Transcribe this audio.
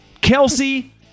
Kelsey